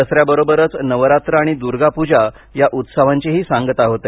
दसऱ्याबरोबरच नवरात्र आणि दुर्गापूजा या उत्सवांचीही सांगता होते